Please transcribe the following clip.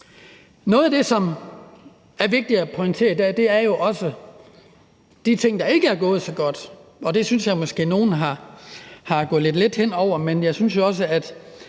Noget af det, som er vigtigt at pointere i dag, er jo også de ting, der ikke er gået så godt, og det synes jeg måske nogle er gået lidt let hen over, men jeg synes også, at